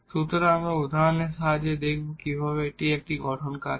সুতরাং আমরা উদাহরণের সাহায্যে দেখব কিভাবে এটি এখানে গঠন কাজ করে